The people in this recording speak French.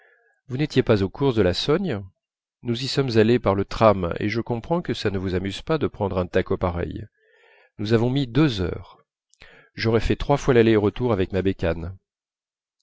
vous n'étiez pas aux courses de la sogne nous y sommes allés par le tram et je comprends que ça ne vous amuse pas de prendre un tacot pareil nous avons mis deux heures j'aurais fait trois fois l'aller et retour avec ma bécane